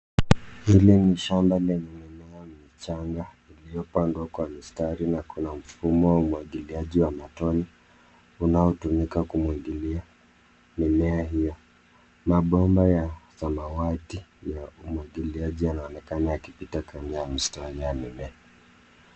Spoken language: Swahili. Hili ni shamba lenye mimea michanga iliyopangwa kwa mistari na kuna mfumo wa umwagiliaji wa matone unaotumika kumwagilia mimea hiyo. Mabomba ya samawati ya umwagiliaji yanaonekana yakipita katika mistari ya mimea.